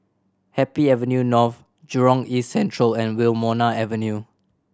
Happy Avenue North Jurong East Central and Wilmonar Avenue